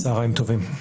צהריים טובים.